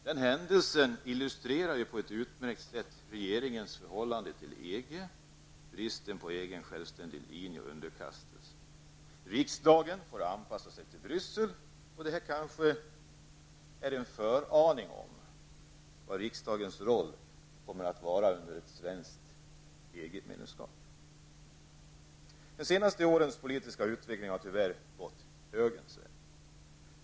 Den händelsen illustrerar ju på ett utmärkt sätt regeringens förhållande till EG, bristen på en egen självständig linje samt underkastelse. Riksdagen får anpassa sig till Bryssel. Detta kanske ger en föraning om vilken roll riksdagen kommer att ha när det gäller svenskt De senaste årens politiska utveckling har tyvärr gått högerns väg.